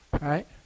right